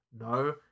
no